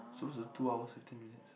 supposed to be the two hours fifteen minutes